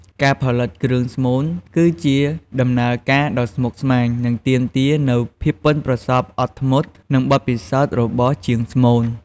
ការផលិតគ្រឿងស្មូន គឺជាដំណើរការដ៏ស្មុគស្មាញ និងទាមទារនូវភាពប៉ិនប្រសប់ អត់ធ្មត់ និងបទពិសោធន៍របស់ជាងស្មូន។